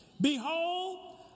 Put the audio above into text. Behold